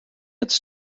its